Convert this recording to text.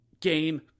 Game